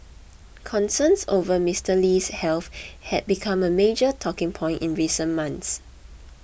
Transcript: concerns over Mister Lee's health had become a major talking point in recent months